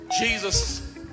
Jesus